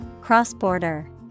Cross-border